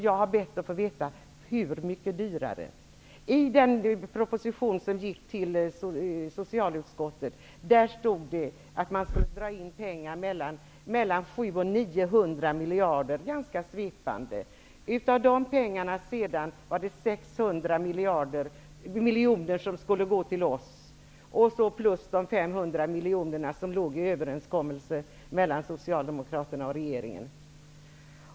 Jag har bett om att få veta hur mycket dyrare. I den proposition som remitterats till socialutskottet står det på ett ganska svepande sätt att 700--900 miljarder kronor skall dras in. Av dessa pengar skall 600 miljoner kronor dras in på vårt område plus de 500 miljoner kronor som fanns med i överenskommelsen mellan Socialdemokraterna och regeringen.